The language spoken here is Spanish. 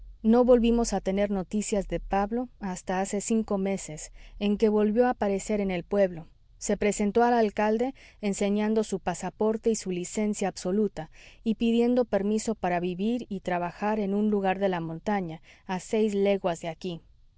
no volvimos a tener noticias de pablo hasta hace cinco meses en que volvió a aparecer en el pueblo se presentó al alcalde enseñando su pasaporte y su licencia absoluta y pidiendo permiso para vivir y trabajar en un lugar de la montaña a seis leguas de aquí